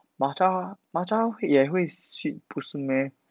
matcha matcha 也会 sweet 不是 meh